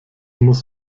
muss